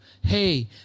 hey